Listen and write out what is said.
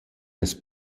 las